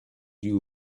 you